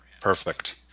Perfect